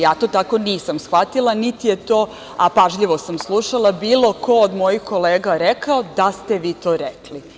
Ja to tako nisam shvatila, niti je to, a pažljivo sam slušala, bilo ko od mojih kolega rekao da ste vi to rekli.